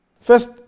First